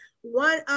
one